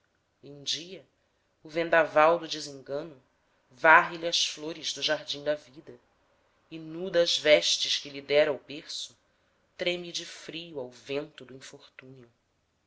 um dia o vendaval do desengano varre lhe as flores do jardim da vida e nu das vestes que lhe dera o berço treme de frio ao vento do infortúnio